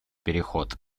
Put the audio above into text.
переход